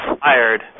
fired